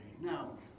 Now